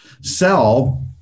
sell